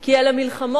כי אלה מלחמות